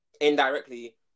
Indirectly